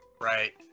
Right